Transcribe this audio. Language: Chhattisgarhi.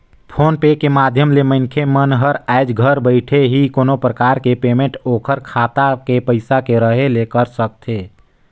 फोन पे के माधियम ले मनखे मन हर आयज घर बइठे ही कोनो परकार के पेमेंट ओखर खाता मे पइसा के रहें ले कर सकथे